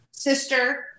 Sister